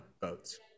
votes